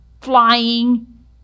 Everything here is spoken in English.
flying